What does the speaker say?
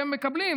הם מקבלים,